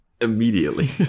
immediately